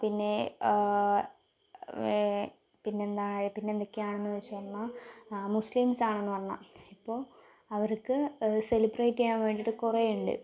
പിന്നേ പിന്നെന്താണ് പിന്നെന്തൊക്കെയാണെന്ന് വെച്ച് കഴിഞ്ഞാ ആ മുസ്ലിംസാണെന്ന് പറഞ്ഞ ഇപ്പോൾ അവർക്ക് സെലിബ്രേറ്റ് ചെയ്യാൻ വേണ്ടിയിട്ട് കുറേയുണ്ട്